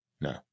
no